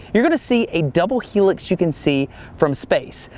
you're gonna see a double helix you can see from space.